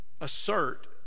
assert